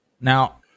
Now